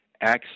access